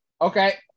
Okay